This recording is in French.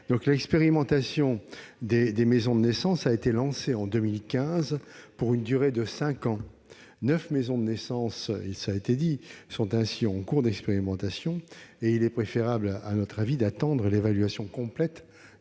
L'expérimentation des maisons de naissance a été lancée en 2015 pour une durée de cinq ans. Au total, neuf maisons de naissance sont en cours d'expérimentation. Il est préférable, à notre avis, d'attendre l'évaluation complète